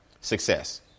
Success